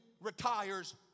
retires